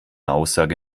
aussage